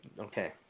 okay